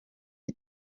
vya